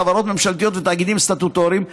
חברות ממשלתיות ותאגידים סטטוטוריים,